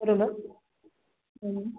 बरोबर